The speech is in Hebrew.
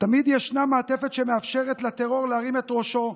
תמיד ישנה מעטפת שמאפשרת לטרור להרים את ראשו,